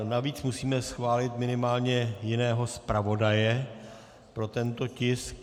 Navíc musíme schválit minimálně jiného zpravodaje pro tento tisk.